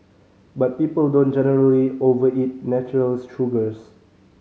but people don't generally overeat natural sugars